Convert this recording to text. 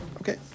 Okay